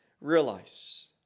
realize